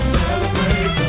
celebrate